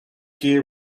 gear